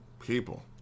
people